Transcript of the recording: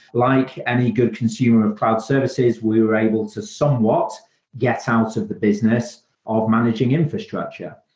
like any good consumer of cloud services we were able to somewhat get out of the business of managing infrastructure.